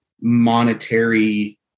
monetary